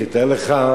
אז תאר לך,